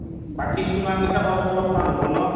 বাকী চুঙা পিঠা কৰাতো অলপ টান হ'ব ন'